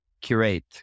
curate